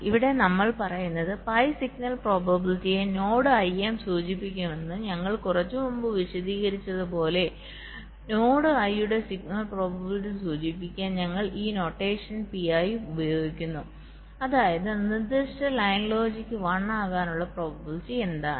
ഇവിടെ നമ്മൾ പറയുന്നത് പൈ സിഗ്നൽ പ്രോബബിലിറ്റിയെയും നോഡ് ഐയെയും സൂചിപ്പിക്കുമെന്ന് ഞങ്ങൾ കുറച്ച് മുമ്പ് വിശദീകരിച്ചതുപോലെ നോഡ് i യുടെ സിഗ്നൽ പ്രോബബിലിറ്റി സൂചിപ്പിക്കാൻ ഞങ്ങൾ ഈ നൊട്ടേഷൻ Pi ഉപയോഗിക്കുന്നു അതായത് നിർദ്ദിഷ്ട ലൈൻ ലോജിക് 1 ആകാനുള്ള പ്രോബബിലിറ്റി എന്താണ്